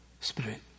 Spirit